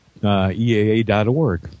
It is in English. eaa.org